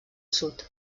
sud